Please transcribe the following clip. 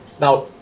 Now